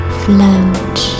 float